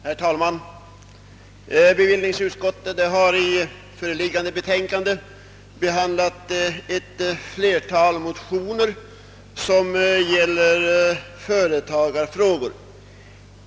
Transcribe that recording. Herr talman! Bevillningsutskottet har i föreliggande betänkande behandlat ett flertal motioner som gäller företagarfrågor.